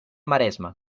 maresme